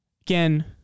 again